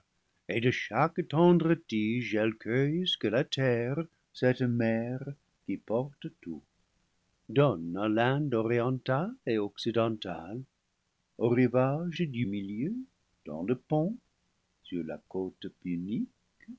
et de chaque tendre tige elle cueille ce que la terre cette mère qui porte tout donne à l'inde orientale et occidentale aux rivages du milieu dans le pont sur la côte